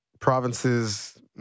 provinces